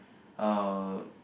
uh